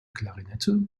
klarinette